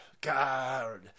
god